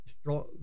strong